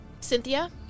Cynthia